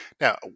Now